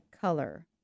color